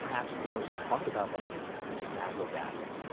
perhaps the most talked-about venue is razzle-dazzle,